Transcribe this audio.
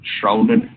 shrouded